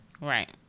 Right